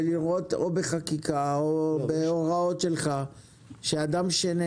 ולראות בחקיקה או בהוראות שלך שאדם או עסק